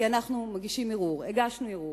כי הגשנו ערעור.